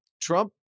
Trump